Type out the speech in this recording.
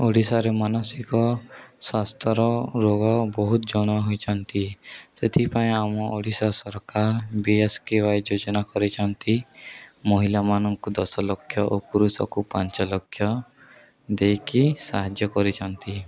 ଓଡ଼ିଶାରେ ମାନସିକ ସ୍ୱାସ୍ଥ୍ୟର ରୋଗ ବହୁତ ଜଣା ହୋଇଛନ୍ତି ସେଥିପାଇଁ ଆମ ଓଡ଼ିଶା ସରକାର ବି ଏସ୍ କେ ଓ୍ୱାଇ ଯୋଜନା କରିଛନ୍ତି ମହିଳାମାନଙ୍କୁ ଦଶ ଲକ୍ଷ ଓ ପୁରୁଷକୁ ପାଞ୍ଚ ଲକ୍ଷ ଦେଇକି ସାହାଯ୍ୟ କରିଛନ୍ତି